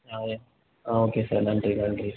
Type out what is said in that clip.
ஆ yes ah okay sir நன்றி நன்றி